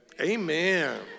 Amen